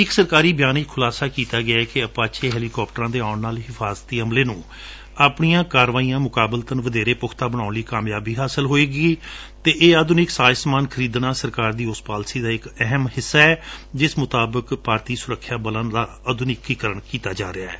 ਇਕ ਸਰਕਾਰੀ ਬਿਆਨ ਵਿਚ ਖੁਲਾਸਾ ਕੀਤਾ ਗਿਐ ਕਿ ਅਪਾਚੇ ਹੈਲੀਕਾਪਟਰਾਂ ਦੇ ਆਉਣ ਨਾਲ ਹਿਫਾਜ਼ਤੀ ਅਮਲੇ ਨੁੰ ਆਪਣੀਆਂ ਕਾਰਵਾਈਆਂ ਮੁਕਾਬਲਤਨ ਵਧੇਰੇ ਪੁਖਤਾ ਬਣਾਉਣ ਵਿਚ ਕਾਮਯਾਬੀ ਹਾਸਲ ਹੋਵੇਗੀ ਅਤੇ ਇਹ ਆਧੁਨਿਕ ਸਾਜ ਸਮਾਨ ਖਰੀਦਣਾ ਸਰਕਾਰ ਦੀ ਉਸ ਪਾਲਸੀ ਦਾ ਇਕ ਅਹਿਮ ਹਿੱਸਾ ਏ ਜਿਸ ਮੁਤਾਬਕ ਭਾਰਤੀ ਸੁਰੱਖਿਆ ਬਲਾਂ ਦਾ ਆਧੁਨੀਕੀਕਰਨ ਕੀਤਾ ਜਾ ਰਿਹੈ